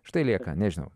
štai lieka nežinau